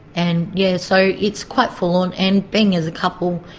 and yeah, so it's quite full on. and being as a couple,